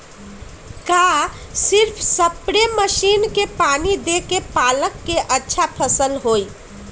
का सिर्फ spray machine से पानी देके पालक के अच्छा फसल होई?